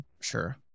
Sure